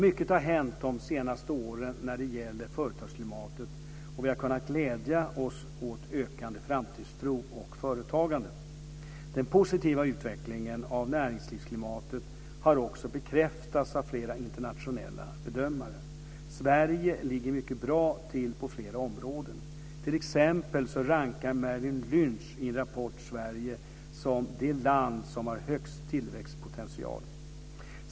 Mycket har hänt de senaste åren när det gäller företagsklimatet, och vi har kunnat glädja oss åt ökande framtidstro och ökat företagande. Den positiva utvecklingen av näringslivsklimatet har också bekräftats av flera internationella bedömare. Sverige ligger mycket bra till på flera områden, t.ex. rankar Merrill Lynch i en rapport Sverige som det land som har högst tillväxtpotential.